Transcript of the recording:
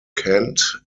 kent